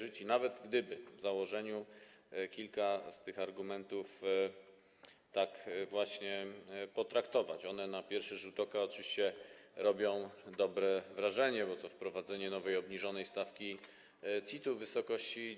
Można by nawet w założeniu kilka z tych argumentów tak właśnie potraktować, one na pierwszy rzut oka oczywiście robią dobre wrażenie, bo jest wprowadzenie nowej, obniżonej stawki CIT-u w wysokości